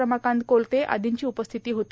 रमाकांत कोलते आर्दांची उपस्थिती होती